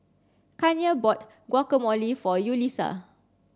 Kanye bought Guacamole for Yulisa